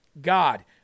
God